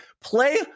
play